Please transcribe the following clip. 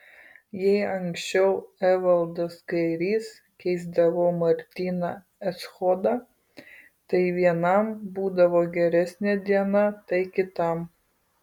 jei anksčiau evaldas kairys keisdavo martyną echodą tai vienam būdavo geresnė diena tai kitam